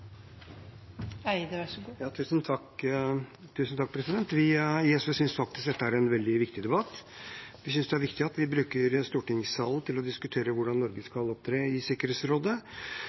en veldig viktig debatt. Vi synes det er viktig at vi bruker stortingssalen til å diskutere hvordan Norge skal opptre i Sikkerhetsrådet,